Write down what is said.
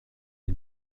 les